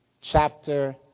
chapter